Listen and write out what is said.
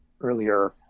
earlier